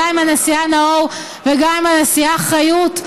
גם עם הנשיאה נאור וגם עם הנשיאה חיות: